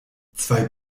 zwei